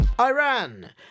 Iran